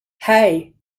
hey